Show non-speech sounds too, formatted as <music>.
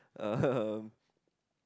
um <laughs>